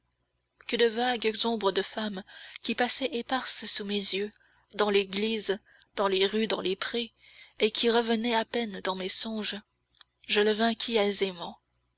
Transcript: que de vagues ombres de femmes qui passaient éparses sous mes yeux dans l'église dans les rues dans les prés et qui revenaient à peine dans mes songes je le vainquis aisément